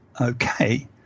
okay